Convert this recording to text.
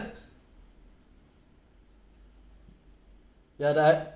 ya that I